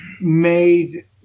made